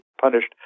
punished